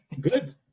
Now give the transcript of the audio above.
Good